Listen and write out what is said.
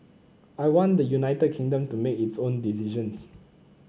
I want the United Kingdom to make its own decisions